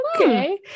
Okay